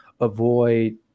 avoid